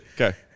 Okay